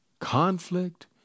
Conflict